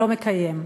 לא מקיים.